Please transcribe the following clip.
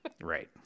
Right